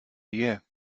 year